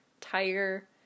tire